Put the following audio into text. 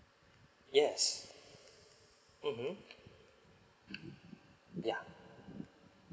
yes mmhmm yeah